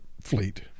fleet